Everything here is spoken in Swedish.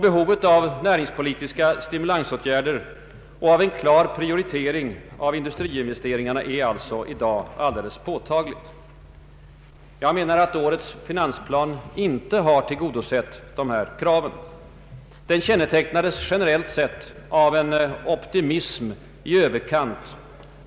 Behovet av näringspolitiska stimulansåtgärder och av en klar prioritering av industriinvesteringarna är alltså i dag alldeles påtagligt. Jag menar att årets finansplan inte tillgodosett dessa krav. Den kännetecknades generellt sett av en optimism i överkant.